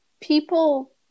people